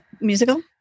musical